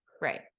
Right